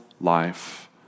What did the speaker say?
life